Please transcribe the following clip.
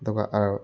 ꯑꯗꯨꯒ